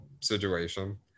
situation